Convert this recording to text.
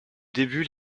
début